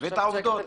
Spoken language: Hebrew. ואת העובדות.